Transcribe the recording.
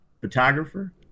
photographer